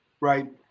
right